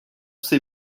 ces